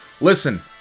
Listen